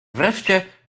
wreszcie